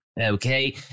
okay